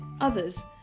Others